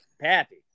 Pappy